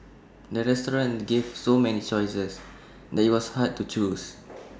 the restaurant gave so many choices that IT was hard to choose